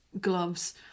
gloves